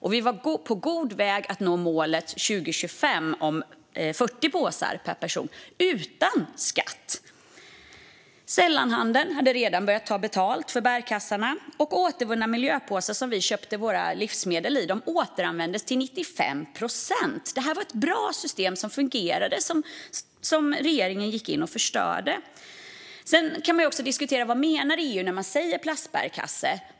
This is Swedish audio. Vi var också på god väg att nå målet om 40 påsar per person och år till 2025 - utan skatt. Sällanhandeln hade redan börjat ta betalt för bärkassarna, och de återvunna miljöpåsar vi köpte våra livsmedel i återanvändes till 95 procent. Detta var alltså ett bra system som fungerade men som regeringen gick in och förstörde. Sen kan man också diskutera vad EU menar med "plastbärkasse".